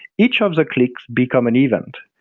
each of the clicks become an event.